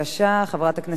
לרשותך עשר דקות.